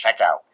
checkout